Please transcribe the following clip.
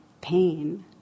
pain